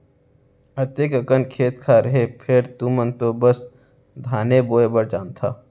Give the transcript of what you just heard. अतेक अकन खेत खार हे फेर तुमन तो बस धाने बोय भर जानथा